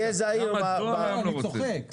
צביקה,